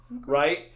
right